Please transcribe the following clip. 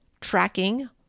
tracking